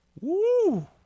Woo